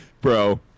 Bro